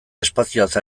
espazioaz